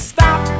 Stop